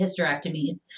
hysterectomies